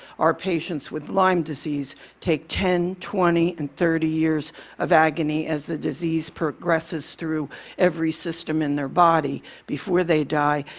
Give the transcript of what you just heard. our patients with lyme disease take ten, twenty, and thirty years of agony as the disease progresses through every system in their body before they die.